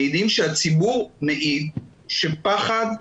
מעידים על כך שהציבור מעיד שפחד,